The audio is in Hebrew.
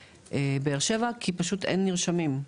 ובבאר שבע כי פשוט אין נרשמים,